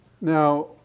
Now